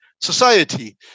society